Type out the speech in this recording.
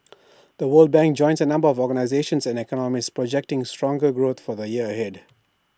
the world bank joins A number of organisations and economists projecting stronger growth for the year ahead